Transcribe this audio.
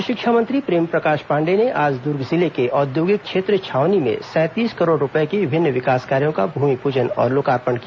उच्च शिक्षा मंत्री प्रेमप्रकाश पांडेय ने आज दुर्ग जिले के औद्योगिक क्षेत्र छावनी में सैंतीस करोड़ रूपये के विभिन्न विकास कार्यों का भूमिपूजन और लोकार्पण किया